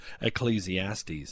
Ecclesiastes